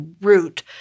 route